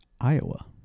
Iowa